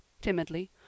timidly